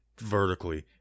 vertically